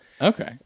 Okay